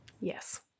Yes